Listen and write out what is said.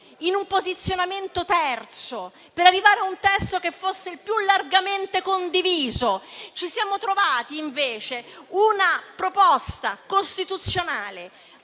in un posizionamento terzo, per arrivare a un testo che fosse il più largamente condiviso. Ci siamo trovati invece una proposta costituzionale